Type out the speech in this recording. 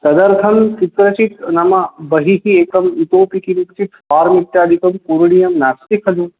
तदर्थं कुत्रचित् नाम बहिः एकम् इतोपि किञ्चित् फ़ार्म् इत्यादिकं पूरणीयं नास्ति खलु